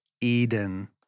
Eden